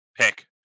pick